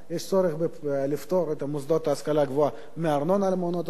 יש צורך לפטור את מוסדות ההשכלה הגבוהה מארנונה למעונות הסטודנטים.